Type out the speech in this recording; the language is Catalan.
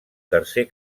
tercer